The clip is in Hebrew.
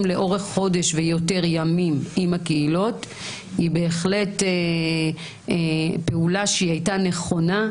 לאורך חודש ויותר ימים עם הקהילות היא בהחלט פעולה שהייתה נכונה,